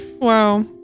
wow